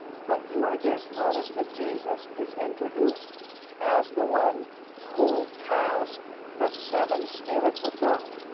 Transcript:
but you are dead. notice that jesus is introduced as the one who has the seven spirits of god,